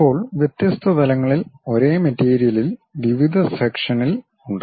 ഇപ്പോൾ വ്യത്യസ്ത തലങ്ങളിൽ ഒരേ മെറ്റീരിയലിൽ വിവിധ സെക്ഷനിൽ ഉണ്ട്